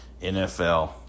NFL